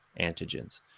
antigens